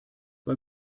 bei